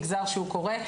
מגזר שהוא קורא,